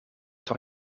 door